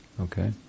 Okay